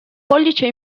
pollice